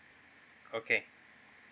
okay